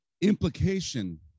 implication